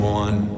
one